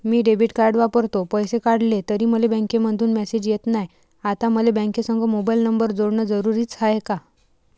मी debit card वापरतो, पैसे काढले तरी मले बँकेमंधून मेसेज येत नाय, आता मले बँकेसंग मोबाईल नंबर जोडन जरुरीच हाय का?